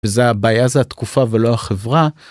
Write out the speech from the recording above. זה הבעיה זה התקופה ולא החברה.